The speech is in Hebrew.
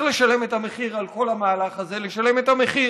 לשלם את המחיר על כל המהלך הזה לשלם את המחיר.